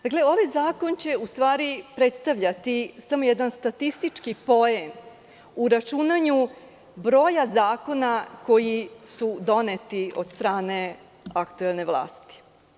Dakle, ovaj zakon će u stvari predstavljati samo jedan statistički poen u računanju broja zakona koji su doneti od strane aktuelne vlasti.